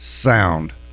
sound